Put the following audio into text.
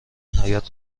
حیاط